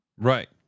Right